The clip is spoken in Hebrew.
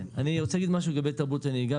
אני רוצה להגיד משהו לגבי תרבות הנהיגה,